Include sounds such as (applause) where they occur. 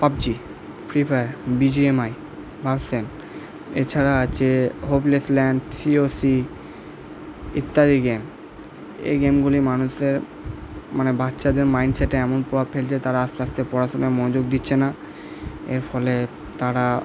PUBG free fire B G M I (unintelligible) এছাড়া আছে hopeless land C O C ইত্যাদি game এই গেমগুলি মানুষের মানে বাচ্ছাদের মাইন্ড সেটে এমন প্রভাব ফেলছে তারা আস্তে আস্তে পড়াশোনায় মনোযোগ দিচ্ছে না এর ফলে তারা